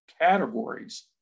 categories